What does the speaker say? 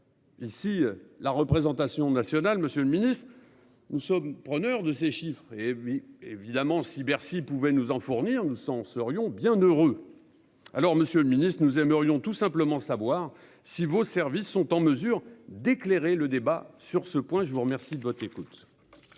Ici, la représentation nationale, Monsieur le Ministre. Nous sommes preneurs de ces chiffres et puis évidemment si Bercy pouvait nous en fournir serions bien heureux. Alors Monsieur le Ministre, nous aimerions tout simplement savoir si vos services sont en mesure d'éclairer le débat sur ce point, je vous remercie de votre écoute.